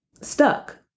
stuck